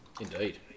indeed